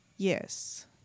Yes